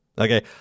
Okay